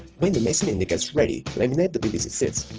when the machine indicates ready, laminate the pvc sheets.